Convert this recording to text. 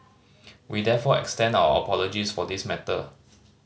we therefore extend our apologies for this matter